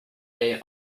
they